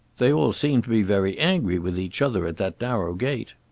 they all seemed to be very angry with each other at that narrow gate.